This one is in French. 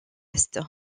est